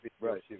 Right